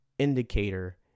indicator